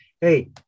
Hey